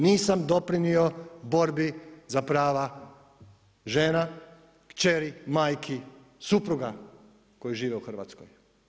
Nisam doprinio borbi za prava žena, kćeri, majki, supruga koje žive u Hrvatskoj.